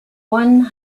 one